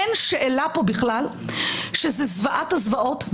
אין פה שאלה בכלל שזאת זוועת הזוועות,